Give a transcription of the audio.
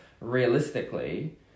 realistically